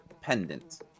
pendant